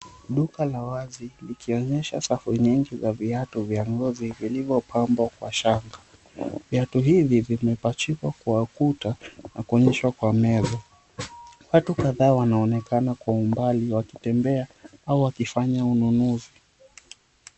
Duka la wazi likionyesha safu nyingi za viatu vya ngozi vilivyopambwa kwa shanga. Vaitu hivi vimepachikwa kwa ukuta na kuonyeshwa kwa meza watu kadhaa wanaonekana kwa umbali wakitembea au wakifanya ununuzi.